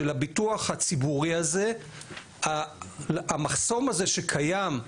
של הביטוח הציבורי הזה המחסום הזה שקיים,